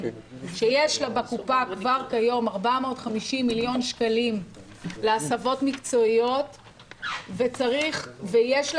שיש לה בקופה כבר כיום 450 מיליון שקלים להסבות מקצועיות ויש לה